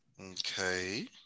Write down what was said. Okay